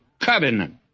Covenant